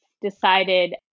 decided